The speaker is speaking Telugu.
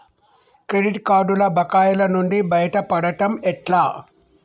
క్రెడిట్ కార్డుల బకాయిల నుండి బయటపడటం ఎట్లా?